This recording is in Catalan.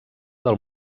del